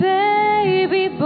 baby